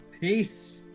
Peace